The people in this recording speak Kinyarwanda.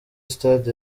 stade